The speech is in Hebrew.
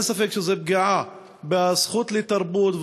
אין ספק שזו פגיעה בזכות לתרבות,